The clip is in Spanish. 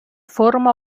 forma